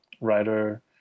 writer